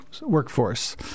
workforce